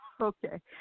Okay